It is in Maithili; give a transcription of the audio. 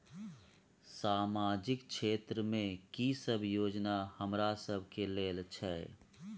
सामाजिक क्षेत्र में की सब योजना हमरा सब के लेल छै?